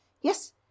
Yes